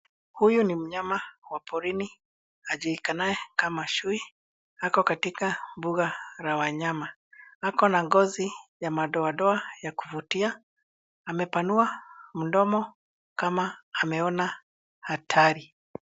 Huyu ni mnyama wa porini ajulikanaye kama chui. Ako katika mbuga la wanyama. Ako na ngozi ya madoadoa ya kuvutia. Amepanua mdomo kama ameona hatari.